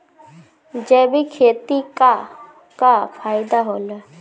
जैविक खेती क का फायदा होला?